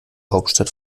hauptstadt